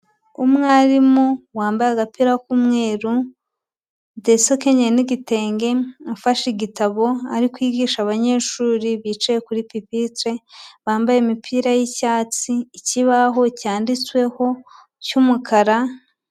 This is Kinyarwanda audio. Umwarimu wambaye agapira k'umweru ndetse ukenyeye n'igitenge afashe igitabo, ari kwigisha abanyeshuri bicaye kuri pupitre, bambaye imipira y'icyatsi, ikibaho cyanditsweho cy'umukara.